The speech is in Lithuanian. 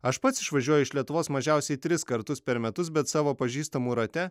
aš pats išvažiuoju iš lietuvos mažiausiai tris kartus per metus bet savo pažįstamų rate